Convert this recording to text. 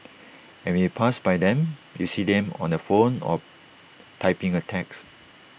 and when you pass by them you see them on the phone or typing A text